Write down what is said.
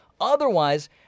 Otherwise